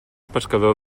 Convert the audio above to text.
pescador